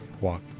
walk